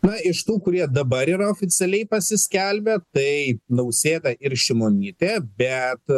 na iš tų kurie dabar yra oficialiai pasiskelbę tai nausėda ir šimonytė bet